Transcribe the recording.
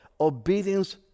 Obedience